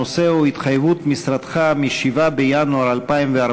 הנושא הוא התחייבות משרדך מ-7 בינואר 2014